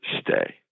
stay